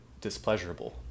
displeasurable